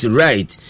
right